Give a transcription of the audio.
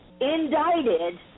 indicted